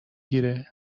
گیره